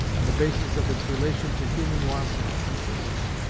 on the basis of its relation to human wants and interests.